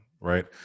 Right